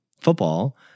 football